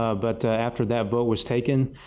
ah but after that vote was taken,